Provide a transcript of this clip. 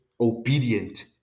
obedient